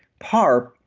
parp,